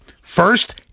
First